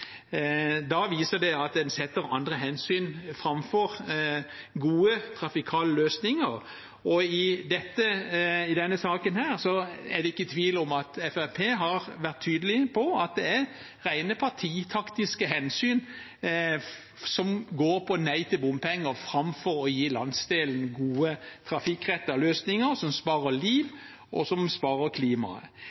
setter andre hensyn framfor gode trafikale løsninger. I denne saken er det ikke tvil om at Fremskrittspartiet har vært tydelig på at det er rene partitaktiske hensyn som handler om nei til bompenger, framfor å gi landsdelen gode, trafikkrettede løsninger som sparer liv, og som sparer klimaet.